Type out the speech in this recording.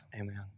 amen